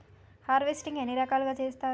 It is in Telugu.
హార్వెస్టింగ్ ఎన్ని రకాలుగా చేస్తరు?